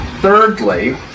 Thirdly